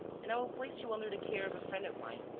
and i will place you under the care of a friend of mine.